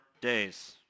days